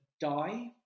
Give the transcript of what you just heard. die